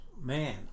Man